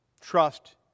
Trust